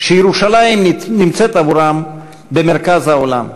שירושלים נמצאת עבורם במרכז העולם.